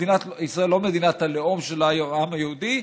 ישראל היא לא מדינת הלאום של העם היהודי,